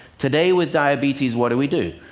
today, with diabetes, what do we do?